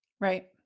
Right